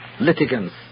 litigants